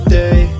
day